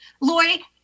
lori